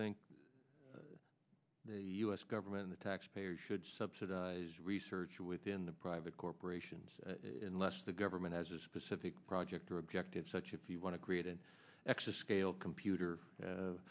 think the u s government the taxpayer should subsidize research within the private corporations unless the government has a specific project or objectives such if you want to create an extra scale computer